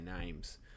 names